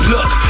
Look